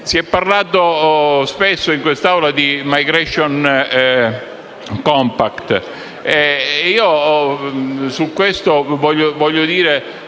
Si è parlato spesso in quest'Aula di *migration compact*. Su questo vorrei dire